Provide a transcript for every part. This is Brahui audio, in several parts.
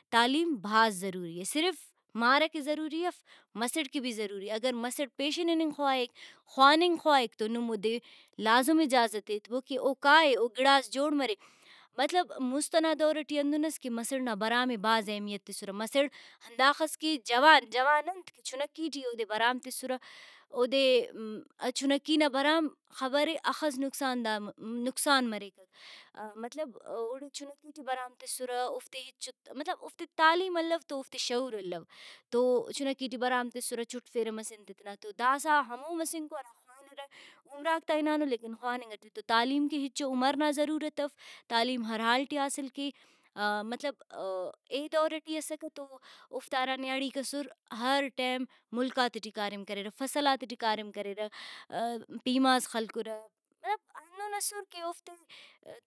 کہ تعلیم بھاز ضروری اے۔ صرف مار ئکہ ضروری اف مسڑ کہ بھی ضروری اے۔ اگر مسڑ پیشن اِننگ خواہک خواننگ خواہک تو نم اودے لازم اجازت ایتبو کہ او کائے او گڑاس جوڑ مرے مطلب مُست ئنا دور ٹی ہندن اس کہ مسڑ نا برام ئے بھاز اہمیت تسرہ مسڑ ہنداخس کہ جوان جوان انت کہ چُنکی ٹی اودے برام تسرہ اودے چنکی نا برام خبرے ہخس نقصاندہ نقصان مریک مطلب او چنکی ٹی برام تسرہ اوفتے ہچو مطلب اوفتے تعلیم الو تو اوفتے شعور الو۔ تو چُنکی ٹی برام تسرہ چھٹفیرہ مسن تے تینا۔ تو داسہ ہمو مسنکو ہرا خوانرہ عمراک تا ہنانو لیکن خواننگ ٹی او ۔تو تعلیم کہ ہچو عمر نا ضرورت اف تعلیم ہر حال ٹی حاصل مطلب اے دور ٹی اسکہ تو اوفتا ہرا نیاڑیک اسر ہر ٹائم ملکاتے ٹی کاریم کریرہ فصلاتے ٹی کاریم کریرہ پیماز خلکرہ مطلب ہندن اسر کہ اوفتے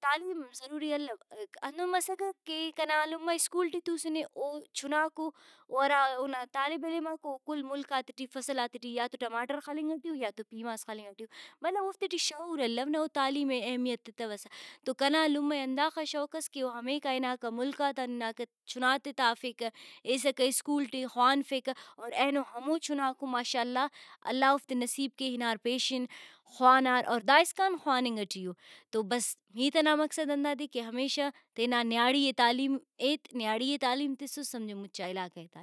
تعلیم ضروری الو۔ ہندن مسکہ کہ کنا لمہ اسکول ٹی توسنے او چھناکو او او ہرا اونا طالب علماکو کل ملکاتے ٹی فصلاتے ٹی یا تو ٹماٹر خلنگ ٹی او یا تو پیماز خلنگ ٹی او۔ مطلب اوفتے ٹی شعور الو نہ او تعلیم ئے اہمیت تتوسہ تو کنا لمہ ئے ہنداخہ شوق اس او ہمیکا ہناکہ ملکاتان ہناکہ چُھناتے تا ہفیکہ ایسکہ اسکول ٹی خوانفیکہ اور اینو ہمو چھناکو ماشاء اللہ اللہ اوفتے نصیب کے ہنار پیشن خوانار اور دائسکان خواننگ ٹی او۔ تو بس ہیت ئنا مقصد ہندادے کہ ہمیشہ تینا نیاڑی ئے تعلیم ایت نیاڑی ئے تسس سمجھہ مچا علاقہ ئے تعلیم تسس۔